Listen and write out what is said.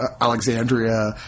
Alexandria